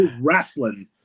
wrestling